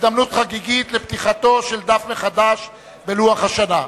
הזדמנות חגיגית לפתיחת דף חדש בלוח השנה.